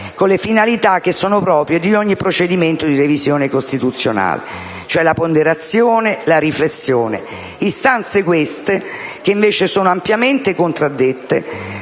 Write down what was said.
con le finalità che sono proprie di ogni procedimento di revisione costituzionale, cioè la ponderazione e la riflessione. Tali istanze sono invece ampiamente contraddette